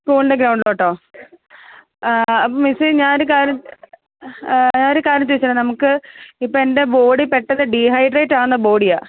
സ്കൂളിൻ്റെ ഗ്രൗണ്ടിലോട്ടോ അപ്പോൾ മിസ്സെ ഞാനൊരു കാര്യം ഞാനൊരു കാര്യം ചോദിച്ചോട്ടെ നമുക്ക് ഇപ്പോൾ എൻ്റെ ബോഡി പെട്ടെന്ന് ഡീഹൈഡ്രേറ്റ് ആകുന്ന ബോഡിയാ